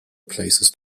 places